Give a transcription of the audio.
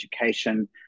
education